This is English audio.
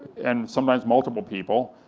and sometimes multiple people,